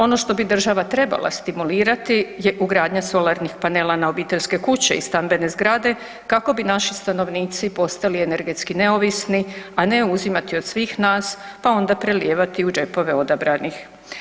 Ovo što bi država trebala stimulirati je ugradnja solarnih panela na obiteljske kuće i stambene zgrade kako bi naši stanovnici postali energetski neovisni, a ne uzimati od svih nas pa onda prelijevati u džepove odabranih.